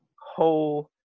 Whole